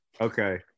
okay